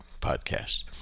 podcast